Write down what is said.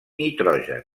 nitrogen